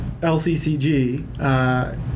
LCCG